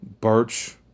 Birch